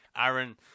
Aaron